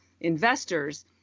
investors